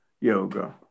yoga